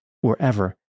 wherever